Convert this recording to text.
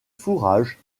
fourrage